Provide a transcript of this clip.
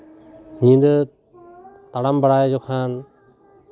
ᱧᱤᱫᱟᱹ ᱛᱟᱲᱟᱢ ᱵᱟᱲᱟᱭ ᱡᱚᱠᱷᱚᱱ